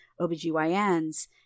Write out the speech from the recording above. OBGYNs